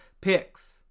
picks